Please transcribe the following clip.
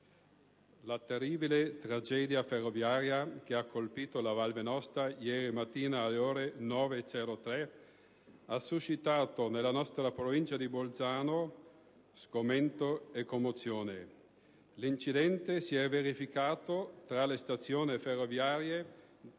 la terribile tragedia ferroviaria che ha colpito la Val Venosta ieri mattina alle ore 9,03 ha suscitato, nella nostra Provincia di Bolzano, sgomento e commozione. L'incidente si è verificato tra le stazioni ferroviarie